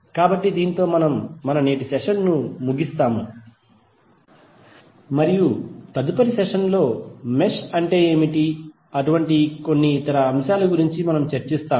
కాబట్టి దీనితో మనము మన నేటి సెషన్ ను ముగిస్తాము మరియు తదుపరి సెషన్ లో మెష్ అంటే ఏమిటి వంటి ఇతర కొన్ని అంశాల గురించి మరింత చర్చిస్తాము